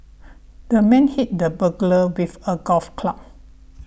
the man hit the burglar with a golf club